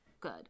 good